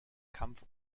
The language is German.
kampf